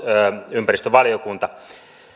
ympäristövaliokunta